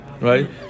right